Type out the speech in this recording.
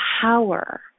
power